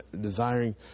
desiring